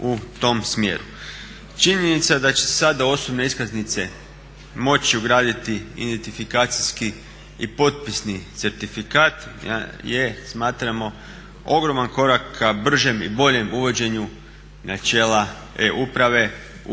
Činjenica da će se sada u osobne iskaznice moći ugraditi identifikacijski i potpisni certifikat je smatramo ogroman korak ka bržem i boljem uvođenju načela e-uprave u razne